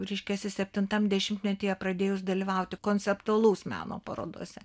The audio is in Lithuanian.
reiškiasi septintam dešimtmetyje pradėjus dalyvauti konceptualaus meno parodose